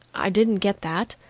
i didn't get that,